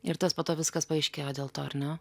ir tas po to viskas paaiškėjo dėl to ar ne